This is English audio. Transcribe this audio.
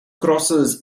crosses